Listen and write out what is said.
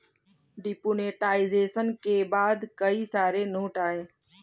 demonetisation के बाद कई सारे नए नोट आये